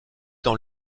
dans